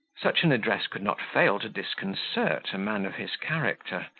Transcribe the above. such an address could not fail to disconcert a man of his character.